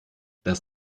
dass